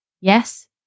yes